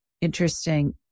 Interesting